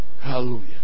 Hallelujah